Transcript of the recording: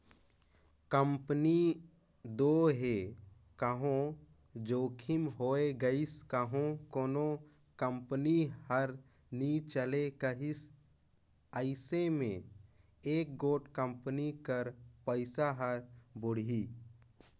company दो हे कहों जोखिम होए गइस कहों कोनो कंपनी हर नी चले सकिस अइसे में एके गोट कंपनी कर पइसा हर बुड़ही